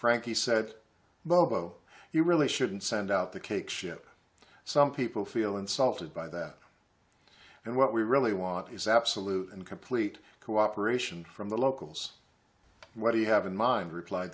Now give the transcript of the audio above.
bobo you really shouldn't send out the cake ship some people feel insulted by that and what we really want is absolute and complete cooperation from the locals what do you have in mind repl